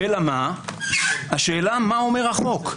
אלא מה - השאלה מה אומר החוק.